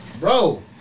Bro